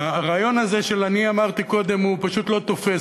הרעיון הזה של "אני אמרתי קודם" פשוט לא תופס.